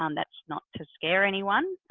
um that's not to scare anyone.